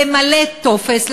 למלא טופס,